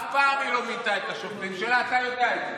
מי מינה את היועצת המשפטית לממשלה?